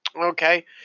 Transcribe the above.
Okay